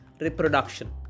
reproduction